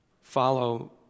follow